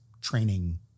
training